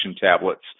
tablets